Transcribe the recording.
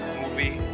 movie